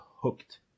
hooked